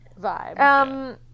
Vibe